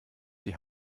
die